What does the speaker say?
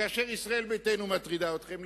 כאשר ישראל ביתנו מטרידה אתכם.